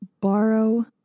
borrow